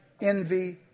envy